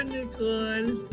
Nicole